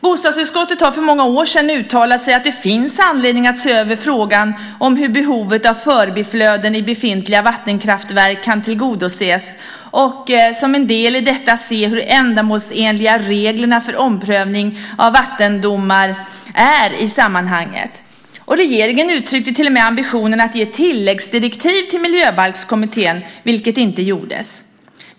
Bostadsutskottet har för många år sedan uttalat att det finns anledning att se över frågan om hur behovet av förbiflöden i befintliga vattenkraftverk kan tillgodoses och, som en del i detta, se hur ändamålsenliga reglerna för omprövning av vattendomar är i sammanhanget. Regeringen uttryckte till och med ambitionen att ge tilläggsdirektiv till Miljöbalkskommittén, vilket inte gjordes.